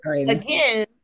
again